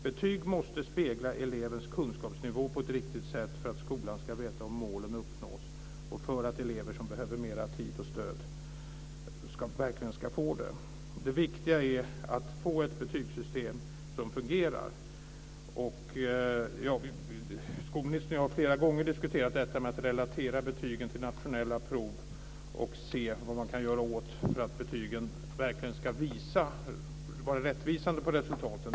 Betyg måste spegla elevens kunskapsnivå på ett riktigt sätt för att skolan ska veta om målen uppnås och för att elever som behöver mera tid och stöd verkligen ska få det. Det viktiga är att få ett betygssystem som fungerar. Skolministern och jag har flera gånger diskuterat detta med att relatera betygen till nationella prov och vad man kan göra för att betygen verkligen ska vara rättvisande när det gäller resultaten.